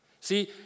See